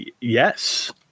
yes